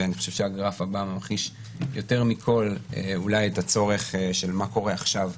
ואני חושב שהגרף הבא ממחיש יותר מכל אולי את הצורך של מה קורה עכשיו.